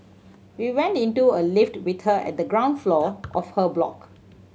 we went into a lift with her at the ground floor of her block